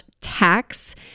tax